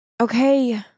Okay